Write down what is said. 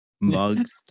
mugs